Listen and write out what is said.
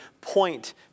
point